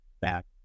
back